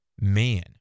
man